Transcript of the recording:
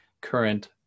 current